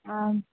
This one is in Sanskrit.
आम्